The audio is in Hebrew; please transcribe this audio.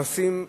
בנושאים האלה,